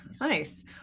nice